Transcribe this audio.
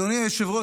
אדוני היושב-ראש,